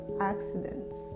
accidents